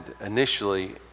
initially